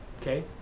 Okay